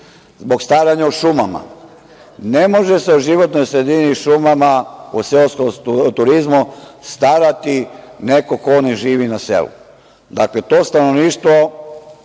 zbog staranja o šumama. Ne može se o životnoj sredini i šumama, o seoskom turizmu starati neko ko ne živi na selu. Dakle, to stanovništvo,